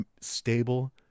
stable